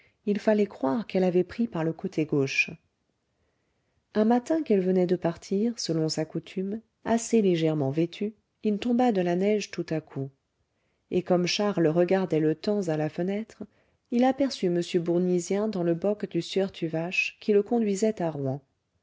il fallait croire qu'elle avait pris par le côté gauche un matin qu'elle venait de partir selon sa coutume assez légèrement vêtue il tomba de la neige tout à coup et comme charles regardait le temps à la fenêtre il aperçut m bournisien dans le boc du sieur tuvache qui le conduisait à rouen